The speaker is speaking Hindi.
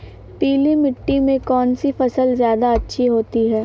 पीली मिट्टी में कौन सी फसल ज्यादा अच्छी होती है?